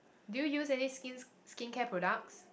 do you use any skins skincare products